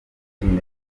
kimeze